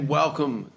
welcome